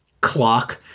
clock